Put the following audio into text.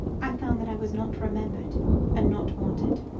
i found that i was not remembered and not wanted.